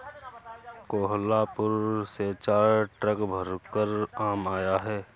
कोहलापुर से चार ट्रक भरकर आम आया है